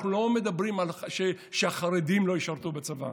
אנחנו לא אומרים שהחרדים לא ישרתו בצבא,